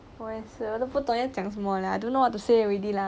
I don't know eh I 都不懂要讲什么 lah I don't know what to say already lah